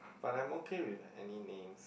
but I'm okay with any names